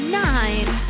nine